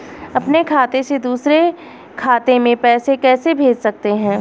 अपने खाते से दूसरे खाते में पैसे कैसे भेज सकते हैं?